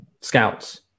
scouts